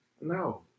No